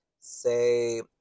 say